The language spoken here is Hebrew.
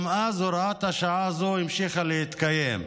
גם אז הוראת השעה הזו המשיכה להתקיים.